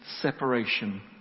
separation